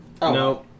no